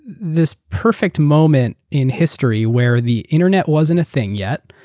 this perfect moment in history where the internet wasn't a thing yet,